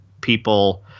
people